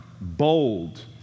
bold